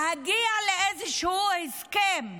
להגיע לאיזשהו הסכם שישחרר,